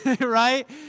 right